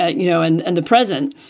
ah you know, and and the present.